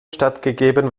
stattgegeben